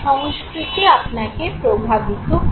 সংস্কৃতি আপনাকে প্রভাবিত করে